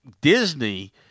Disney